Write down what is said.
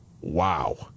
Wow